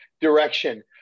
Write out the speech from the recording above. direction